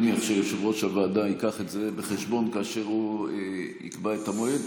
אני מניח שיושב-ראש הוועדה יביא את זה בחשבון כאשר הוא יקבע את המועד,